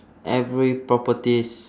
every properties